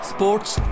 Sports